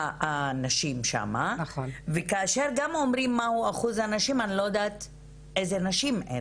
הנשים שמה וכאשר אומרים מה הוא אחוז הנשים אני לא יודע איזה נשים.